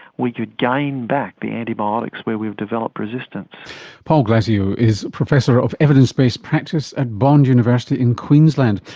we could gain back the antibiotics where we've developed resistance. paul glasziou is professor of evidence-based practice at bond university in queensland.